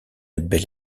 belle